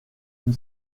une